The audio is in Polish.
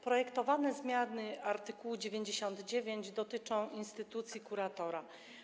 Projektowane zmiany art. 99 dotyczą instytucji kuratora.